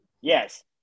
Yes